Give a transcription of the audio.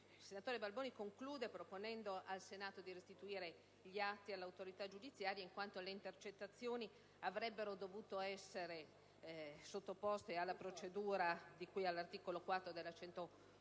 Il senatore Balboni propone di restituire gli atti all'autorità giudiziaria, in quanto le intercettazioni avrebbero dovuto essere sottoposte alla procedura di cui all'articolo 4 della